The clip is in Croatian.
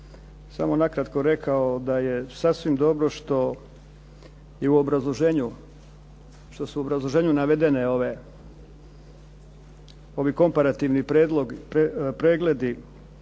samo nakratko rekao da je sasvim dobro što je u obrazloženju, što su u obrazloženju navedene ovi komparativni pregledi